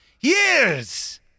Years